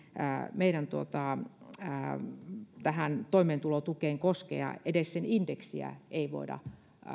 meidän toimeentulotukeen koskea edes sen indeksiä ei voida